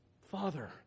Father